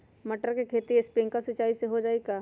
मटर के खेती स्प्रिंकलर सिंचाई से हो जाई का?